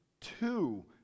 two